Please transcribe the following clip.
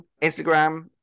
Instagram